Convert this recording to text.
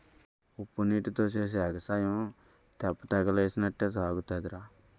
ఉప్పునీటీతో సేసే ఎగసాయం తెప్పతగలేసినట్టే సాగుతాదిరా